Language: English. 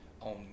on